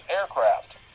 aircraft